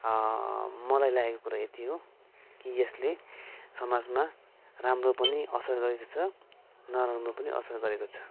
मलाई लागेको कुरा यति हो कि यसले समाजमा राम्रो पनि असर गरेको छ नराम्रो पनि असर गरेको छ